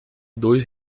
dois